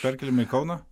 perkeliam į kauną